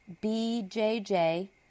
B-J-J